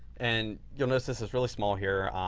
and you'll notice this is really small here